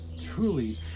truly